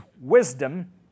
wisdom